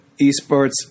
esports